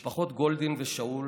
משפחות גולדין ושאול